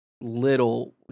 little